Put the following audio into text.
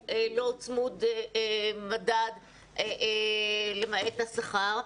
צמוד מדד למעט השכר,